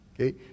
okay